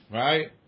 right